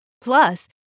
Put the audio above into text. Plus